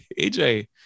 AJ